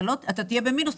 אתה תהיה במינוס,